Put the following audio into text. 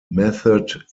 method